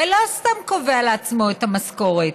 ולא סתם קובע לעצמו את המשכורת,